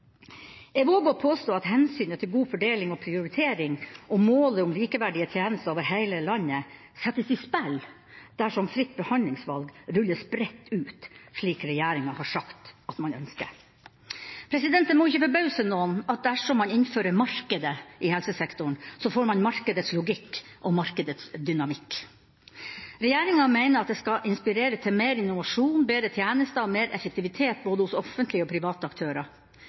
Jeg våger å påstå at hensynet til god fordeling og prioritering – og målet om likeverdige tjenester over hele landet – settes på spill dersom fritt behandlingsvalg rulles bredt ut, slik regjeringa har sagt at man ønsker. Det må ikke forbause noen at dersom man innfører markedet i helsesektoren, får man markedets logikk og markedets dynamikk. Regjeringa mener at det skal inspirere til mer innovasjon, bedre tjenester og mer effektivitet både hos offentlige og hos private aktører.